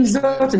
עם זאת,